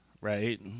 right